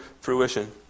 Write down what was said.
fruition